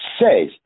says